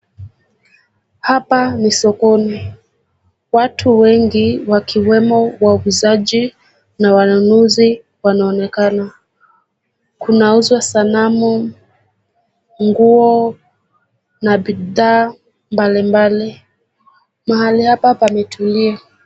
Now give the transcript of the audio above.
Hapa ni sokoni, watu wengi wakiwemo wauzaji na wanunuzi wanaonekana. Kunauzwa sanamu, nguo na bidhaa mbalimbali, mahali hapa pametulia.